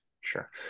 Sure